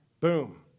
Boom